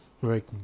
right